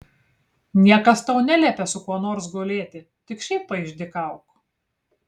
niekas tau neliepia su kuo nors gulėti tik šiaip paišdykauk